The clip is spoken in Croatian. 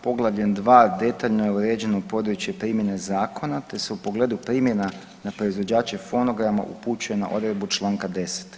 Poglavljem 2. detaljno je uređeno područje primjene zakona te se u pogledu primjena na proizvođače fonograma upućuje na odredbu Članka 10.